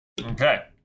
Okay